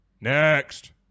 Next